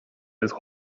être